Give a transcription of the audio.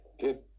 Good